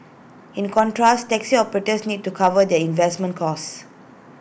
in contrast taxi operators need to cover their investment costs